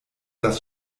das